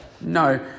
no